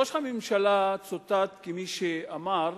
ראש הממשלה צוטט כמי שאמר: